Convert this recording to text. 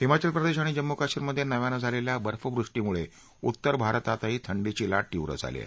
हिमाचल प्रदेश आणि जम्मू कश्मीरमध्ये नव्यानं झालेल्या बर्फवृष्टीमुळे उत्तर भारतातही थंडीची लाट तीव्र झाली आहे